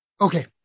okay